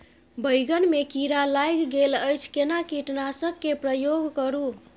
बैंगन में कीरा लाईग गेल अछि केना कीटनासक के प्रयोग करू?